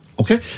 Okay